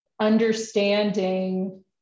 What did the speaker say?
understanding